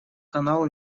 канал